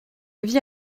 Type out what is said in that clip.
vie